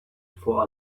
for